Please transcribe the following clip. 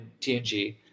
TNG